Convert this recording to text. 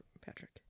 patrick